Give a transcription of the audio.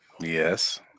Yes